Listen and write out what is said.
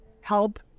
help